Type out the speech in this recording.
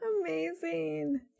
Amazing